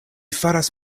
faras